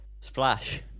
Splash